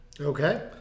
Okay